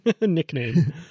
nickname